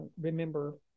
remember